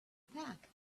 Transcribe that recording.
pack